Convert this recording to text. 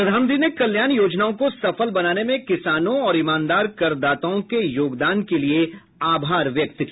प्रधानमंत्री ने कल्याण योजनाओं को सफल बनाने में किसानों और ईमानदार करदाताओं के योगदान के लिए आभार व्यक्त किया